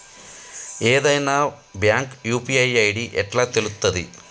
ఏదైనా bank UPI ID ఎట్లా తెలుత్తది?